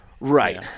right